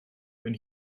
wenn